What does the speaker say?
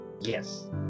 Yes